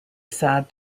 sad